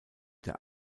der